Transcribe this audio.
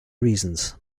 reasons